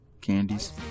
Candies